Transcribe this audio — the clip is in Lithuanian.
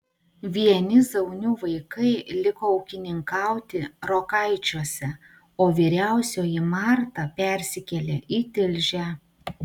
vieni zaunių vaikai liko ūkininkauti rokaičiuose o vyriausioji marta persikėlė į tilžę